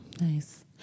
Nice